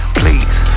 please